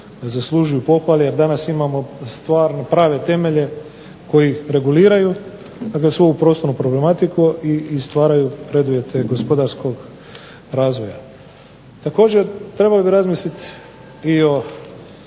zaslužuju pohvale jer danas imamo stvarno prave temelje koji ih reguliraju dakle svu ovu prostornu problematiku i stvaraju preduvjete gospodarskog razvoja. Također, trebali bi razmisliti i o